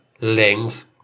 length